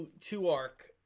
two-arc